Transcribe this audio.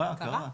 קרה.